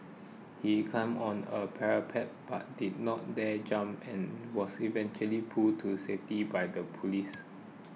he climbed on a parapet but did not dare jump and was eventually pulled to safety by the police